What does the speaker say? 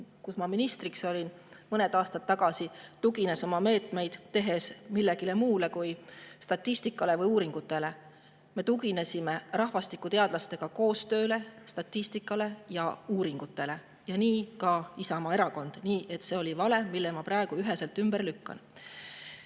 kus ma ministriks olin, tugines mõned aastad tagasi oma meetmeid tehes millelegi muule kui statistikale või uuringutele. Me tuginesime rahvastikuteadlastega koostööle, statistikale ja uuringutele. Ja nii ka Isamaa Erakond. See oli vale, mille ma praegu üheselt ümber lükkan.